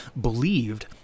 believed